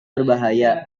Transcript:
berbahaya